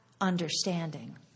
understanding